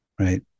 Right